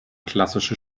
klassische